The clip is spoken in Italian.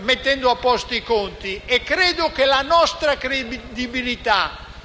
mettendo a posto i conti, ma anche la nostra credibilità